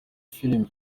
filime